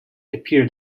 appeared